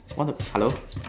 want to hello